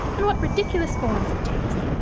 and what ridiculous forms it takes!